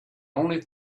only